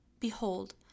Behold